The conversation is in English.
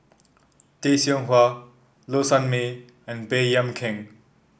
Tay Seow Huah Low Sanmay and Baey Yam Keng